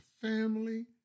family